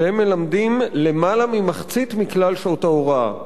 שמלמדים למעלה ממחצית מכלל שעות ההוראה.